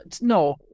No